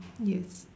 yes